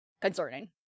Concerning